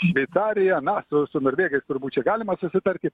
šveicariją na su su norvegais turbūt čia galima susitarti